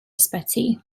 ysbyty